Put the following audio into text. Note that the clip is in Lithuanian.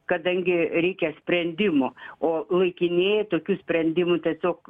kadangi reikia sprendimų o laikinieji tokių sprendimų tiesiog